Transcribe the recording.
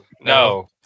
No